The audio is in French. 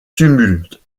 tumulte